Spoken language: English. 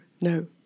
no